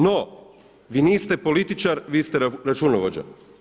No, vi niste političar, vi ste računovođa.